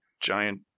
giant